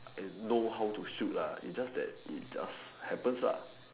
and know how to shoot lah is just that it just happens lah